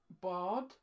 bard